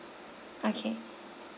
okay